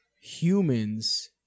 humans